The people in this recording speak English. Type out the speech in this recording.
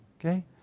Okay